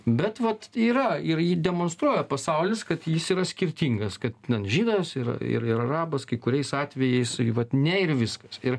bet vat yra ir ir demonstruoja pasaulis kad jis yra skirtingas kad žydas ir ir ir arabas kai kuriais atvejais ir vat ne ir viskas ir